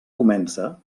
comença